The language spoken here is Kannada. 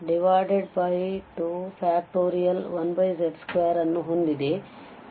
1z2 ಅನ್ನು ಹೊಂದಿದೆ